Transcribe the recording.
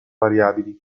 variabili